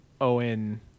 Owen